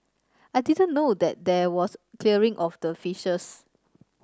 I didn't know that there was clearing of the fishes